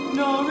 no